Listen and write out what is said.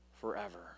forever